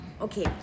Okay